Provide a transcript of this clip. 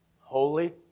holy